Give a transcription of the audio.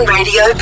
Radio